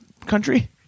country